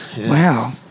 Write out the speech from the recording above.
Wow